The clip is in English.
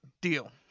Deal